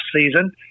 season